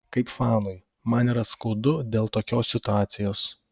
kaip fanui man yra skaudu dėl tokios situacijos